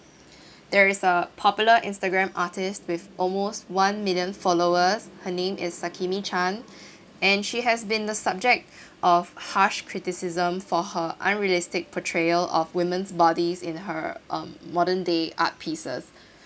there is a popular instagram artist with almost one million followers her name is sakimichan and she has been the subject of harsh criticism for her unrealistic portrayal of women's bodies in her um modern day art pieces